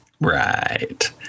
Right